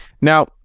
Now